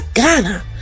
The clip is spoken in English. Ghana